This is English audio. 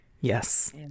Yes